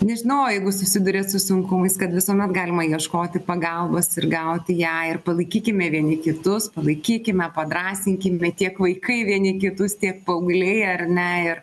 nežinau jeigu susidūrėt su sunkumais kad visuomet galima ieškoti pagalbos ir gauti ją ir palaikykime vieni kitus palaikykime padrąsinkime tiek vaikai vieni kitus tiek paaugliai ar ne ir